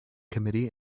committee